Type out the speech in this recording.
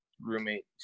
roommate